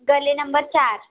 गल्ली नंबर चार